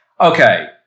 Okay